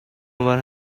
our